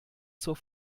zur